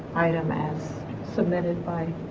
item as submitted by